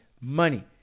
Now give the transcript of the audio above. money